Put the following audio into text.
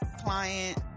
client